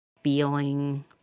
feeling